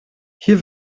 hier